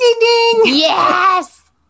Yes